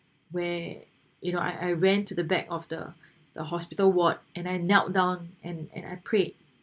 where you know I I ran to the back of the the hospital ward and I knelt down and and I prayed